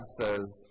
says